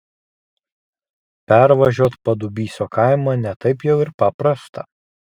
pervažiuot padubysio kaimą ne taip jau ir paprasta